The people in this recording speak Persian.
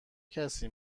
کسی